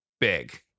Big